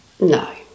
No